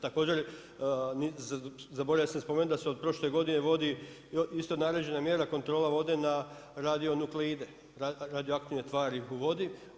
Također zaboravio sam spomenuti da se od prošle godine vodi isto naređena mjera kontrola vode na radionuklide, radioaktivne tvari u vodi.